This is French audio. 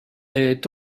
est